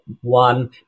one